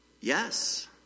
Yes